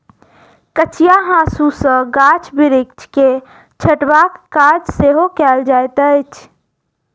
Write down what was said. कचिया हाँसू सॅ गाछ बिरिछ के छँटबाक काज सेहो कयल जाइत अछि